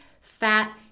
fat